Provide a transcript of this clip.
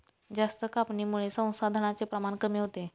जास्त कापणीमुळे संसाधनांचे प्रमाण कमी होते